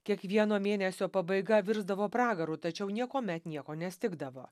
kiekvieno mėnesio pabaiga virsdavo pragaru tačiau niekuomet nieko nestigdavo